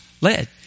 led